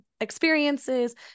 experiences